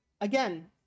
again